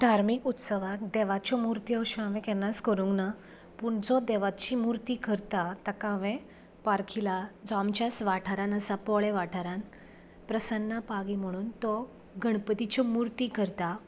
धार्मीक उत्सवान देवाच्यो मुर्त्यो अश्यो हांवे केन्नाच करूंकना पूण जो देवाची मुर्ती करता ताका हांवे पारखिला जो आमच्याच वाठारांत आसा पोळें वाठारांत प्रसन्न पागी म्हुणून तो गणपतीच्यो मुर्ती करता